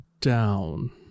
down